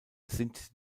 sind